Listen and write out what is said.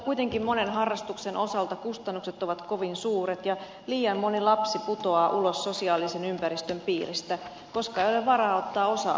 kuitenkin monen harrastuksen osalta kustannukset ovat kovin suuret ja liian moni lapsi putoaa ulos sosiaalisen ympäristönsä piiristä koska ei ole varaa ottaa osaa harrasteisiin